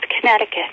Connecticut